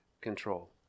control